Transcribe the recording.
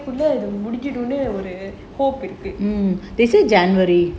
முடிக்கணும்னு ஒரு:mudikkanumnu oru hope இருக்கு:irukku